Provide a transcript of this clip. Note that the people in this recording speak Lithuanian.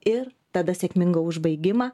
ir tada sėkmingą užbaigimą